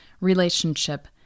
relationship